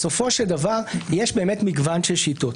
בסופו של דבר יש מגוון של שיטות,